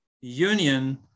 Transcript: union